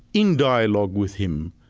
in dialogue with him,